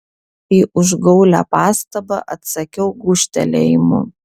į užgaulią pastabą atsakiau gūžtelėjimu